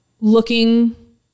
looking